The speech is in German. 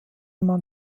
man